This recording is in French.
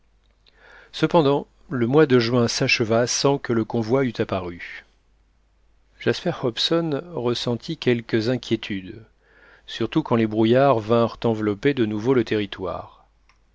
cependant le mois de juin s'acheva sans que le convoi eût apparu jasper hobson ressentit quelques inquiétudes surtout quand les brouillards vinrent envelopper de nouveau le territoire